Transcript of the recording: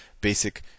basic